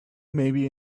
maybe